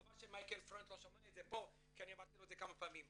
חבל שמייקל פרוינד לא שומע את זה פה כי אני אמרתי לו את זה כמה פעמים,